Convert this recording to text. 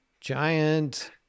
giant